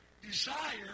desire